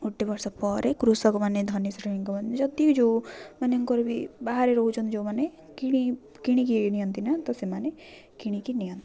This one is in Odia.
ଗୋଟେ ବର୍ଷ ପରେ କୃଷକମାନେ ଧନୀ ଶ୍ରେଣୀଙ୍କ ଯଦି ବି ଯେଉଁ ମାନଙ୍କର ବି ବାହାରେ ରହୁଛନ୍ତି ଯେଉଁମାନେ କିଣି କିଣିକି ନିଅନ୍ତି ନା ତ ସେମାନେ କିଣିକି ନିଅନ୍ତି